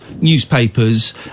newspapers